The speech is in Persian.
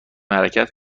حرکت